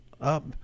up